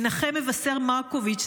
מנחם מבשר מרקוביץ,